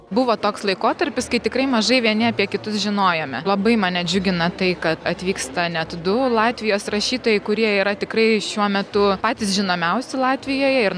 buvo toks laikotarpis kai tikrai mažai vieni apie kitus žinojome labai mane džiugina tai kad atvyksta net du latvijos rašytojai kurie yra tikrai šiuo metu patys žinomiausi latvijoje ir